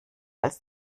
als